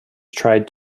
tried